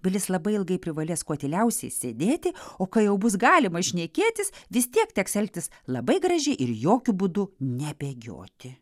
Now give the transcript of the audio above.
bilis labai ilgai privalės kuo tyliausiai sėdėti o kai jau bus galima šnekėtis vis tiek teks elgtis labai gražiai ir jokiu būdu nebėgioti